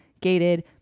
gated